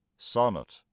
sonnet